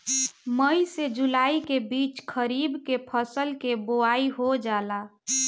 मई से जुलाई के बीच खरीफ के फसल के बोआई हो जाला